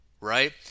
Right